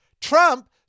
Trump